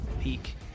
peak